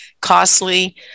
costly